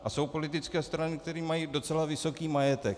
A jsou politické strany, které mají docela vysoký majetek.